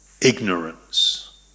ignorance